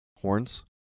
Horns